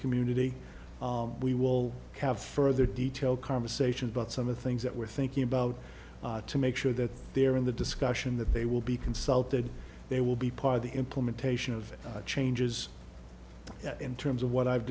community we will have further detail conversations about some of the things that we're thinking about to make sure that they are in the discussion that they will be consulted they will be part of the implementation of changes in terms of what i've